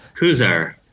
Kuzar